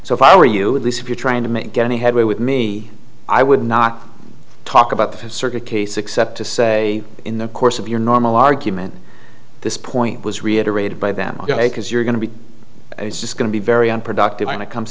so if i were you at least if you're trying to make any headway with me i would not talk about the circuit case except to say in the course of your normal argument this point was reiterated by them because you're going to be just going to be very unproductive and it comes